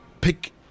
pick